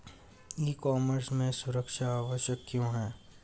ई commerce में सुरक्षा आवश्यक क्यों है?